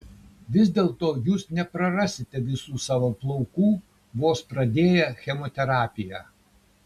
vis dėlto jūs neprarasite visų savo plaukų vos pradėję chemoterapiją